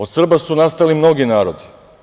Od Srba su nastali mnogi narodi.